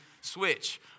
switch